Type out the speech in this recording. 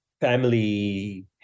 family